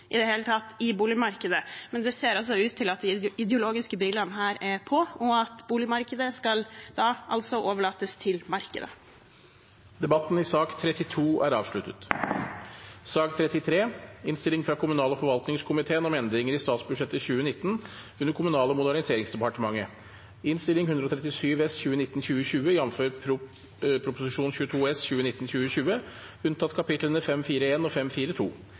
i det hele tatt når det gjelder boligmarkedet. Men det ser ut til at de ideologiske brillene her er på, og at boligmarkedet altså skal overlates til markedet. Debatten i sak nr. 32 er da avsluttet. Etter ønske fra kommunal- og forvaltningskomiteen vil presidenten ordne debatten slik: 3 minutter til hver partigruppe og